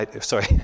Sorry